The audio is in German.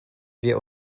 wir